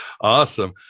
Awesome